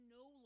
no